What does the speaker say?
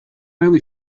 only